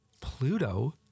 Pluto